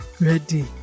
ready